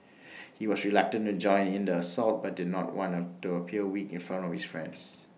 he was reluctant to join in the assault but did not want A to appear weak in front of his friends